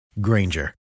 Granger